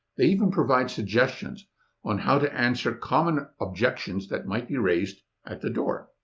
they even provide suggestions on how to answer common objections that might be raised at the door.